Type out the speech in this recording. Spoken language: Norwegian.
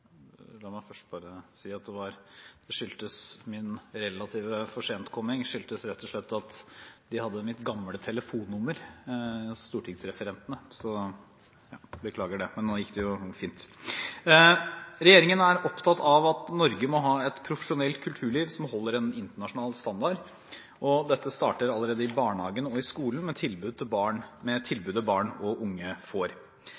La meg først bare si at min relative forsentkomming rett og slett skyldtes at Stortinget hadde mitt gamle telefonnummer, så jeg beklager det, men nå gikk det jo fint. Regjeringen er opptatt av at Norge må ha et profesjonelt kulturliv som holder en internasjonal standard, og dette starter allerede i barnehagen og i skolen med tilbudet barn og unge får. Vi ønsker å sikre at barn og unge får gode kulturopplevelser, og at unge talenter får